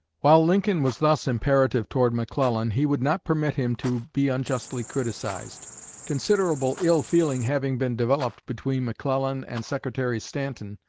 while lincoln was thus imperative toward mcclellan, he would not permit him to be unjustly criticized considerable ill-feeling having been developed between mcclellan and secretary stanton,